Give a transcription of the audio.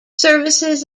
services